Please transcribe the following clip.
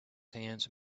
sands